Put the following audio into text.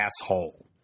asshole